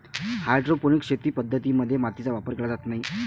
hydroponic शेती पद्धतीं मध्ये मातीचा वापर केला जात नाही